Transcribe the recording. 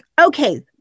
okay